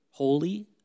Holy